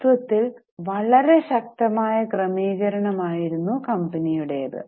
തത്വത്തിൽ വളരെ ശക്തമായ ക്രമീകരണമായിരുന്നു കമ്പനിയുടേത്